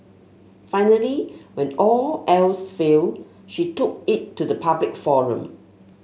finally when all else failed she took it to the public forum